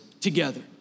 together